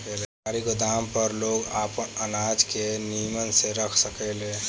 सरकारी गोदाम पर लोग आपन अनाज के निमन से रख सकेले